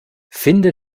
finde